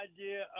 idea